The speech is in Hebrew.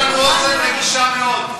יש לנו אוזן רגישה מאוד.